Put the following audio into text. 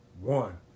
One